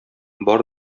бар